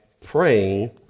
praying